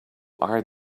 are